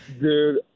Dude